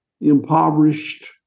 impoverished